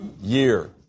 year